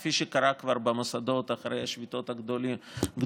כפי שקרה כבר במוסדות אחרי השביתות הגדולות.